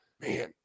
man